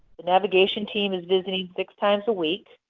navigation team is visiting six times a week.